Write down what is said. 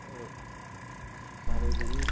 और सार्वजनिक